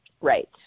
Right